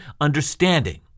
understanding